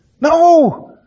No